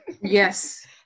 yes